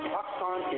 Pakistan